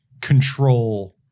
control